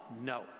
No